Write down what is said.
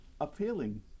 appealing